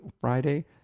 Friday